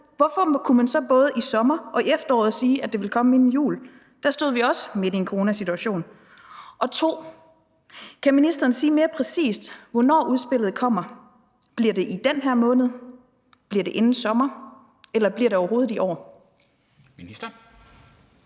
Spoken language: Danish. hvorfor kunne man så både i sommer og i efteråret sige, at det ville komme inden jul? For da stod vi også midt i en coronasituation. Og 2) Kan ministeren sige mere præcist, hvornår udspillet kommer – bliver det i den her måned, bliver det inden sommer, eller bliver det overhovedet i år? Kl.